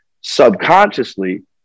subconsciously